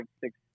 six